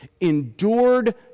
endured